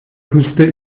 küste